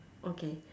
okay